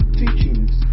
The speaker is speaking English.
teachings